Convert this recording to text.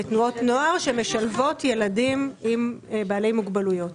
לתנועות נוער שמשלבות ילדים בעלי מוגבלויות.